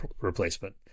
replacement